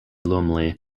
lumley